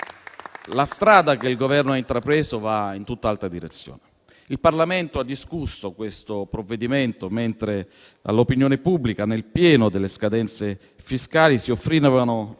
la strada che il Governo ha intrapreso va in tutt'altra direzione. Il Parlamento ha discusso questo provvedimento mentre all'opinione pubblica, nel pieno delle scadenze fiscali, si offrivano messaggi